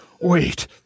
Wait